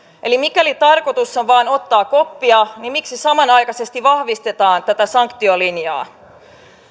eli mikäli tarkoitus on vain ottaa koppia niin miksi samanaikaisesti vahvistetaan tätä sanktiolinjaa